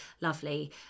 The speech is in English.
lovely